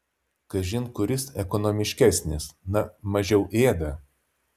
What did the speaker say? kažin kuris ekonomiškesnis na mažiau ėda